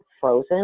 frozen